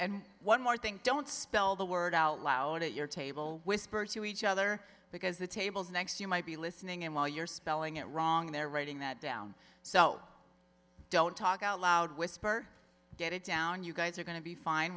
and one more thing don't spell the word out loud at your table whisper to each other because the tables next you might be listening and while you're spelling it wrong they're writing that down so don't talk out loud whisper get it down you guys are going to be fine